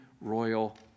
royal